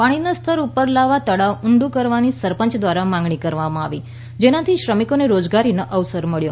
પાણીના સ્તર ઉપર લાવવા તળાવ ઊંડુ કરવાની સરપંચ દ્વારા માંગણી કરવામાં આવી જેનાથી શ્રમિકોને રોજગારીનો અવસર મળ્યો